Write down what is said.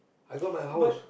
I got my house